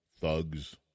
thugs